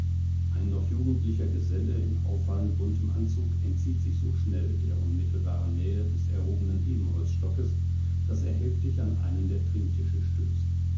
ein noch jugendlicher geselle in auffallend buntem anzug entzieht sich so schnell der unmittelbaren nähe des erhobenen ebenholzstockes daß er heftig an einen der trinktische stößt